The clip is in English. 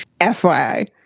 FYI